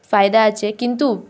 ফায়দা আছে কিন্তু